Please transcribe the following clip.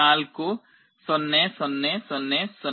4 0 0 0 0